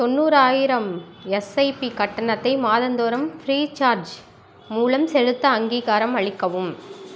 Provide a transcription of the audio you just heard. தொண்ணூறாயிரம் எஸ்ஐபி கட்டணத்தை மாதந்தோறும் ஃப்ரீசார்ஜ் மூலம் செலுத்த அங்கீகாரம் அளிக்கவும்